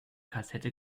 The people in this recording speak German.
kassette